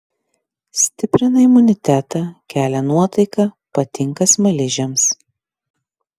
stiprina imunitetą kelia nuotaiką patinka smaližiams